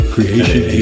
Creation